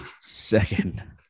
Second